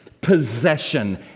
possession